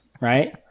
right